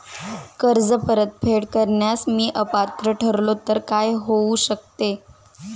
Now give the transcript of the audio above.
कर्ज परतफेड करण्यास मी अपात्र ठरलो तर काय होऊ शकते?